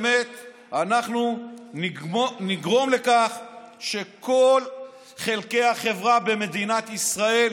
באמת אנחנו נגרום לכך שכל חלקי החברה במדינת ישראל,